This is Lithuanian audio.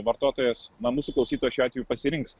vartotojas na mūsų klausytojas šiuo atveju pasirinks